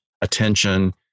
attention